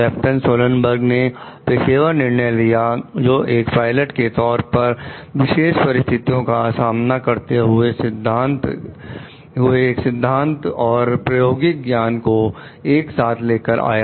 captain Sullenberger ने पेशेवर निर्णय लिया जो एक पायलट के तौर पर विशेष परिस्थितियों का सामना करते हुए सिद्धांत एक और प्रायोगिक ज्ञान को एक साथ लेकर आया